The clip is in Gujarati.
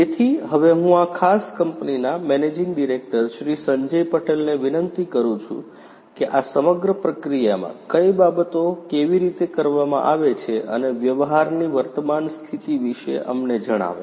તેથી હવે હું આ ખાસ કંપનીના મેનેજિંગ ડિરેક્ટર શ્રી સંજય પટેલને વિનંતી કરું છું કે આ સમગ્ર પ્રક્રિયામાં કઈ બાબતો કેવી રીતે કરવામાં આવે છે અને વ્યવહારની વર્તમાન સ્થિતિ વિશે અમને જણાવે